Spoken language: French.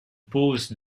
pose